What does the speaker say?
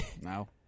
No